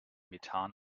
methan